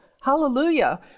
Hallelujah